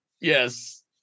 Yes